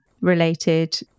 related